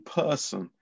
person